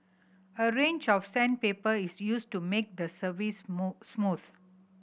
a range of sandpaper is used to make the surface smooth